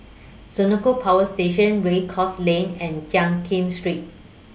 Senoko Power Station Race Course Lane and Jiak Kim Street